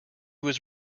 was